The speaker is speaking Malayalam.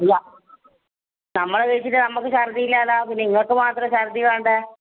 ഇല്ലാ നമ്മൾ കഴിച്ചിട്ട് നമുക്ക് ഛർദ്ദിയില്ലല്ലോ പിന്നെനിങ്ങൾക്ക് മാത്രം ഛർദ്ദി വാണ്ടേ